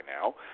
now